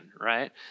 right